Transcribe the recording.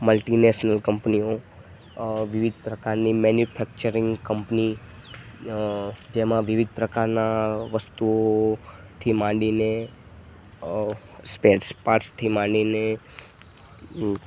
multinational કંપનીઓ વિવિધ પ્રકારની મેન્યુફેક્ચરિંગ કંપની જેમાં વિવિધ પ્રકારના વસ્તુઓથી માંડીને સ્પેરપાર્ટસથી માંડીને